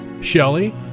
Shelley